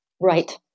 Right